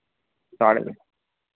साढ़े दस